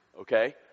okay